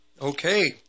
Okay